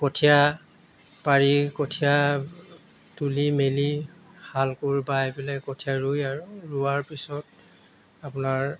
কঠীয়া পাৰি কঠীয়া তুলি মেলি হাল কোৰ বাই পেলাই কঠীয়া ৰুই আৰু ৰুৱাৰ পিছত আপোনাৰ